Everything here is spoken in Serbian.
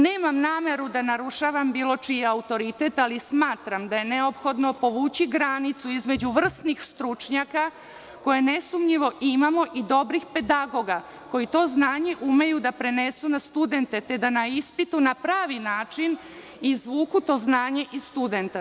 Nemam nameru da narušavam bilo čiji autoritet, ali smatram da je neophodno povući granicu između vrsnih stručnjaka koje nesumnjivo imamo i dobrih pedagoga koje to znanje umeju da prenesu na studente, te da na ispitu na pravi način izvuku to znanje iz studenta.